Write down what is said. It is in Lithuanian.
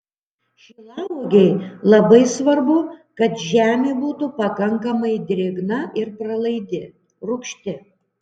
šilauogei labai svarbu kad žemė būtų pakankamai drėgna ir pralaidi rūgšti